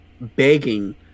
begging